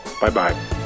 Bye-bye